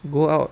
go out